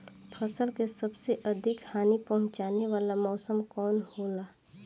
फसल के सबसे अधिक हानि पहुंचाने वाला मौसम कौन हो ला?